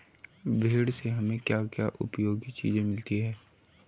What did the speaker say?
भेड़ से हमें क्या क्या उपयोगी चीजें मिलती हैं?